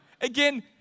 Again